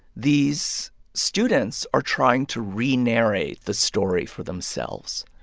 these students are trying to re-narrate the story for themselves.